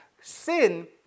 Sin